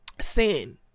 sin